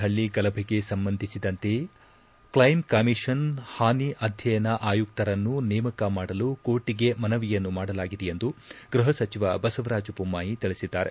ಹಳ್ಳ ಗಲಭೆಗೆ ಸಂಬಂಧಿಸಿದಂತೆ ಕ್ಷೈಮ್ ಕಮಿಷನ್ ಹಾನಿ ಅಧ್ಯಯನ ಆಯುಕ್ತರನ್ನು ನೇಮಕ ಮಾಡಲು ಕೋರ್ಟಿಗೆ ಮನವಿಯನ್ನು ಮಾಡಿಲಾಗಿದೆ ಎಂದು ಗೃಹ ಸಚಿವ ಬಸವರಾಜ್ ಬೊಮ್ಹಾಯಿ ತಿಳಿಸಿದ್ದಾರೆ